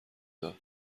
داد